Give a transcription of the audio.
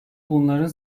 bunların